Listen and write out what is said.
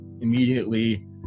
immediately